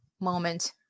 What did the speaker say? moment